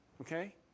Okay